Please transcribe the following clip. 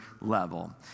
level